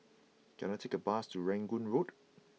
can I take a bus to Rangoon Road